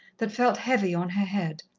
that felt heavy on her head.